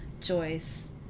Joyce